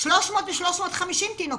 300 350 תינוקות.